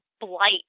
blight